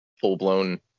full-blown